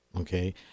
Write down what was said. okay